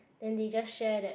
then they just share that